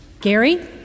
Gary